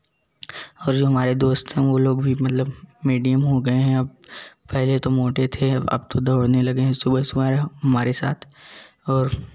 और जो हमारे दोस्त हैं वे लोग भी मतलब मेडियम हो गए हैं अब पहले तो मोटे थे अब तो दौड़ने लगे हैं सुबह सुबह हमारे साथ और